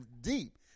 deep